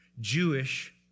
Jewish